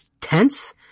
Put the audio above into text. tense